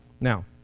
Now